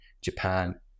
Japan